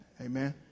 Amen